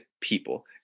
People